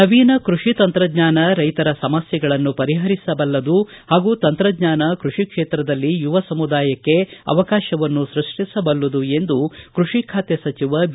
ನವೀನ ಕೃಷಿ ತಂತ್ರಜ್ಞಾನ ರೈತರ ಸಮಸ್ಯೆಗಳನ್ನು ಪರಿಪರಿಸಬಲ್ಲದು ಹಾಗೂ ತಂತ್ರಜ್ಞಾನ ಕೃಷಿ ಕ್ಷೇತ್ರದಲ್ಲಿ ಯುವ ಸಮುದಾಯಕ್ಕೆ ಅವಕಾಶವನ್ನು ಸೃಷ್ಟಿಸಬಲ್ಲುದು ಎಂದು ಕೃಷಿ ಖಾತೆ ಸಚಿವ ಬಿ